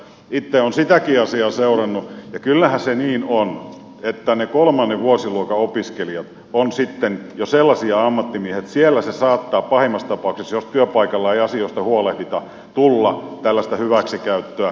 itse olen sitäkin asiaa seurannut ja kyllähän se niin on että ne kolmannen vuosiluokan opiskelijat ovat sitten jo sellaisia ammattimiehiä että saattaa pahimmassa tapauksessa jos työpaikalla ei asioista huolehdita tulla tällaista hyväksikäyttöä